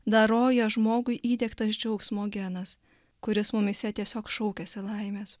doroja žmogui įdiegtas džiaugsmo genas kuris mumyse tiesiog šaukiasi laimės